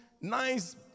nice